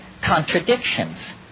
contradictions